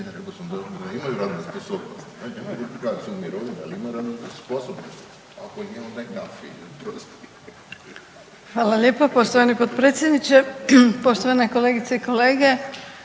Hvala lijepa poštovani potpredsjedniče. Poštovane kolegice i kolege,